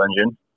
engine